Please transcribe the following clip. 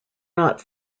not